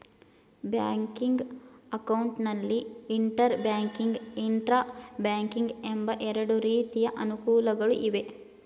banking account ನಲ್ಲಿ inter banking, intra banking ಎಂಬ ಎರಡು ರೀತಿಯ ಅನುಕೂಲಗಳು ಇವೆ